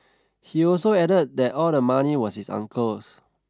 he also added that all the money was his uncle's